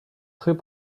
très